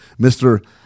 Mr